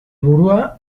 burua